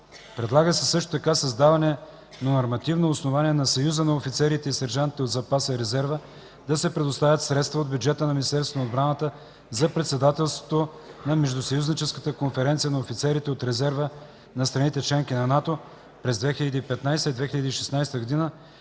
Предлага се също така създаване на нормативно основание на Съюза на офицерите и сержантите от запаса и резерва да се предоставят средства от бюджета на Министерството на отбраната за председателството на Междусъюзническата конфедерация на офицерите от резерва на страните членки на НАТО през 2015 г. и